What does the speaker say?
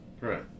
Right